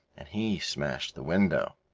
and he smashed the window.